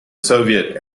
soviet